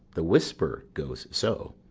the whisper goes so.